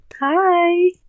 Hi